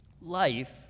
Life